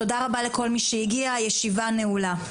תודה רבה לכל מי שהגיע, הישיבה נעולה.